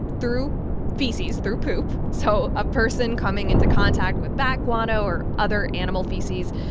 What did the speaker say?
through feces, through poop. so a person coming into contact with bat guano or other animal feces.